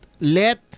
let